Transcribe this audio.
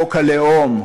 חוק הלאום.